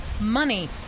money